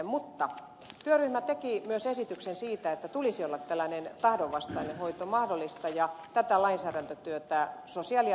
mutta työryhmä teki myös esityksen siitä että tulisi olla tällainen tahdonvastainen hoito mahdollista ja tätä lainsäädäntötyötä sosiaali ja